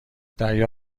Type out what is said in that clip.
دریا